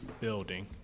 building